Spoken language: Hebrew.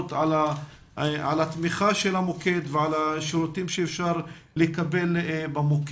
לגבי התמיכה של המוקד והשירותים שאפשר לקבל בו.